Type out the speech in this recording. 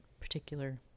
particular